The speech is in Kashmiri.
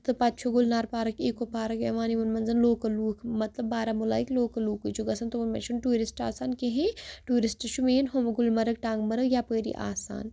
تہٕ پَتہٕ چھُ گُلنار پارک ایٖکو پارک یِوان یِمَن منٛز لوکَل لُکھ مطلب بارہمولاہٕکۍ لوکَل لوٗکٕے چھُ گژھان تِمَن منٛز چھِنہٕ ٹوٗرِسٹ اَژان کِہیٖنۍ ٹوٗرِسٹ چھُ مین ہُم گُلمرگ ٹنٛگمرگ یپٲری آسان